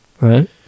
Right